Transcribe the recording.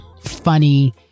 funny